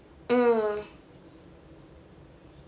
mm